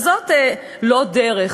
וזאת לא דרך.